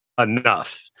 enough